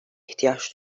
ihtiyaç